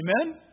Amen